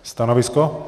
Stanovisko?